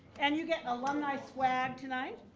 and you get alumni swag tonight.